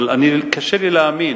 אבל קשה לי להאמין,